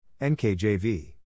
NKJV